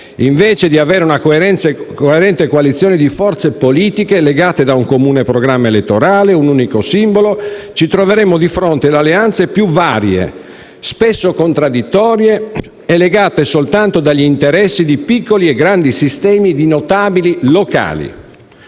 invece di avere una coerente coalizione di forze politiche, legate da un comune programma elettorale, un unico simbolo, ci troveremo di fronte alle alleanze più varie, spesso contraddittorie e legate soltanto dagli interessi di piccoli e grandi sistemi di notabili locali.